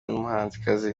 n’umuhanzikazi